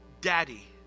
Daddy